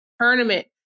tournament